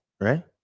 right